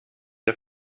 der